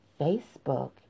Facebook